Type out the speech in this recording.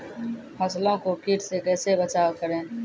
फसलों को कीट से कैसे बचाव करें?